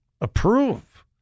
Approve